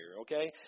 Okay